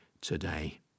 today